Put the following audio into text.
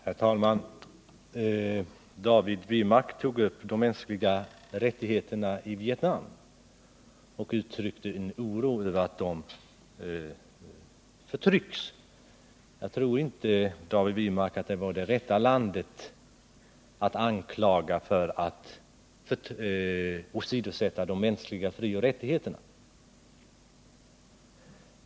Herr talman! David Wirmark tog upp frågan om de mänskliga rättigheterna i Vietnam och uttryckte sin oro över att invånarna där förtrycks. Jag tror inte, David Wirmark, att Vietnam är rätta landet att anklaga för att åsidosätta de mänskliga frioch rättigheterna.